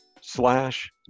slash